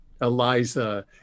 Eliza